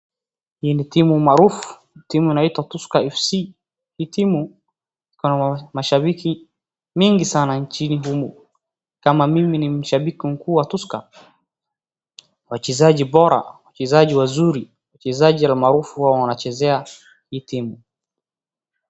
Hii ni timu maarufu, timu inaitwa Tusker FC . Hii timu iko na mashabiki wengi sana nchini humu, kama mimi ni mshabiki mkuu wa Tusker , wachezaji bora, wachezaji wazuri, wachezaji maarufu huwa wanachezea hii timu.